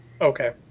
Okay